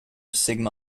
sigma